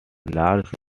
large